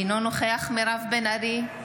אינו נוכח מירב בן ארי,